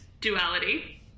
Duality